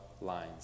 lines